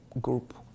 group